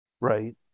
Right